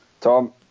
Tom